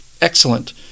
excellent